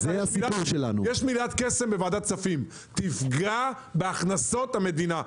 יש מילת קסם בוועדת הכספים: תפגע בהכנסות המדינה.